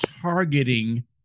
targeting